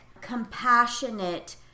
compassionate